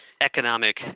economic